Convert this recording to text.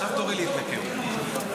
עכשיו תורי להתנקם בו.